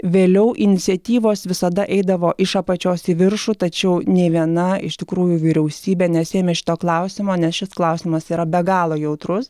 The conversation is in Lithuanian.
vėliau iniciatyvos visada eidavo iš apačios į viršų tačiau nei viena iš tikrųjų vyriausybė nesiėmė šito klausimo nes šis klausimas yra be galo jautrus